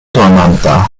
dormanta